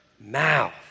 mouth